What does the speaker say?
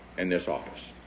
in this office.